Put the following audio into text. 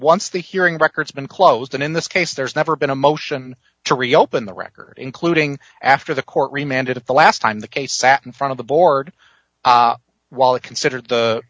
once the hearing record's been closed and in this case there's never been a motion to reopen the record including after the courtroom and if the last time the case sat in front of the board while it considered